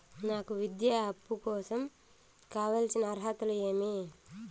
నాకు విద్యా అప్పు కోసం కావాల్సిన అర్హతలు ఏమి?